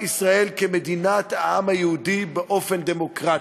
ישראל כמדינת העם היהודי באופן דמוקרטי.